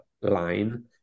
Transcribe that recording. line